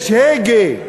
יש הגה,